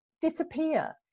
disappear